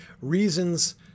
reasons